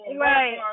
Right